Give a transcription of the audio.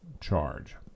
charge